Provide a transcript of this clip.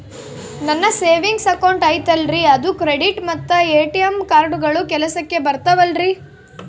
ನನ್ನ savings account ಐತಲ್ರೇ ಅದು ಕ್ರೆಡಿಟ್ ಮತ್ತ ಎ.ಟಿ.ಎಂ ಕಾರ್ಡುಗಳು ಕೆಲಸಕ್ಕೆ ಬರುತ್ತಾವಲ್ರಿ?